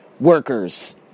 workers